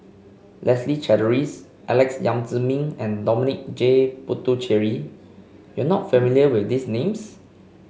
Leslie Charteris Alex Yam Ziming and Dominic J Puthucheary you are not familiar with these names